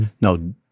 No